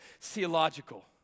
theological